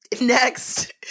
Next